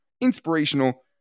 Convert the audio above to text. inspirational